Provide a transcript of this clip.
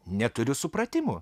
neturiu supratimo